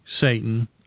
Satan